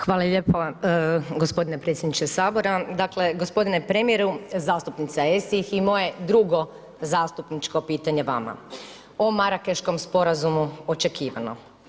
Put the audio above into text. Hvala lijepo gospodine predsjedniče Sabora, dakle gospodine premijeru, zastupnica Esih i moje drugo zastupničko pitanje vama o Marrakechom sporazumu očekivano.